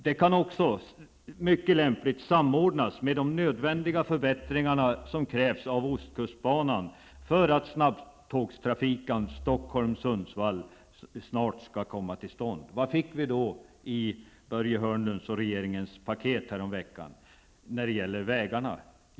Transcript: Detta kan också mycket lämpligt samordnas med de nödvändiga förbättringar som krävs på ostkustbanan för att snabbtågstrafiken Stockholm-- Sundsvall snart skall komma till stånd. Vad fick vi då i Börje Hörnlunds och regeringens paket häromveckan när det gäller vägarna?